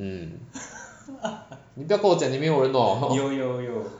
mm 你不要跟我讲你没有人 hor